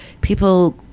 people –